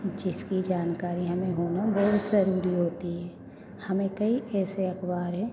जिसकी जानकारी हमें होना बहुत ज़रूरी होती है हाँ मैं कई ऐसे अखबार हैं